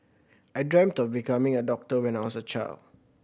I dreamt of becoming a doctor when I was a child